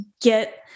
get